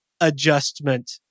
adjustment